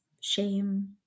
shame